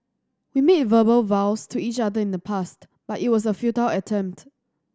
we made verbal vows to each other in the past but it was a futile attempt